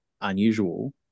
unusual